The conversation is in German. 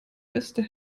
beste